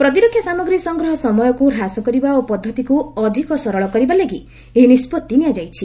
ପ୍ରତିରକ୍ଷା ସାମଗ୍ରୀ ସଂଗ୍ରହ ସମୟକୁ ହ୍ରାସ କରିବା ଓ ପଦ୍ଧତିକୁ ଅଧିକ ସରଳ କରିବା ଲାଗି ଏହି ନିଷ୍କଭି ନିଆଯାଇଛି